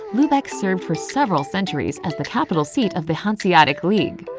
lubeck served for several centuries as the capital seat of the hanseatic league.